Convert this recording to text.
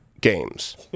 Games